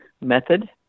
method